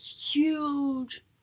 huge